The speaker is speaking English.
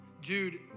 Jude